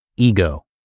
ego